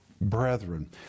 brethren